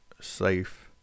safe